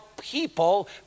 people